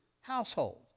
household